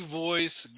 voice